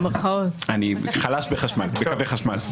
אני חלש בקווי חשמל.